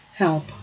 Help